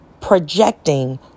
projecting